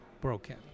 broken